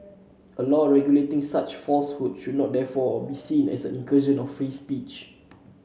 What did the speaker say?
a law regulating such falsehoods should therefore not be seen as an incursion of free speech